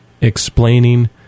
explaining